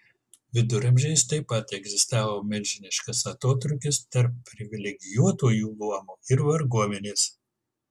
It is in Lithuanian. viduramžiais taip pat egzistavo milžiniškas atotrūkis tarp privilegijuotųjų luomo ir varguomenės